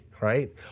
right